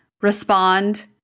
respond